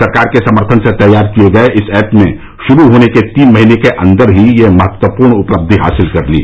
सरकार के समर्थन से तैयार किये गये इस एप ने शुरू होने के तीन महीने के अन्दर ही यह महत्वपूर्ण उपलब्धि हासिल कर ली